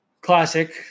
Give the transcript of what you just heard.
classic